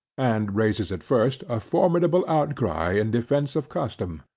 and raises at first a formidable outcry in defence of custom.